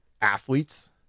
athletes